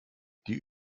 die